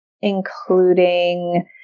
including